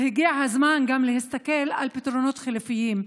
הגיע הזמן גם להסתכל על פתרונות חלופיים.